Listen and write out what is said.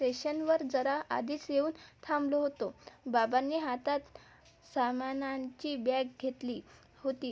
स्टेशनवर जरा आधीच येऊन थांबलो होतो बाबांनी हातात सामानांची बॅग घेतली होती